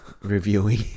Reviewing